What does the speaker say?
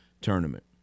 tournament